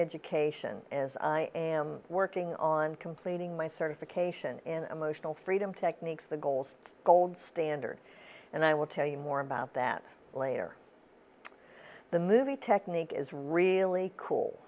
education as i am working on completing my certification in emotional freedom techniques the goals gold standard and i will tell you more about that later the movie technique is really cool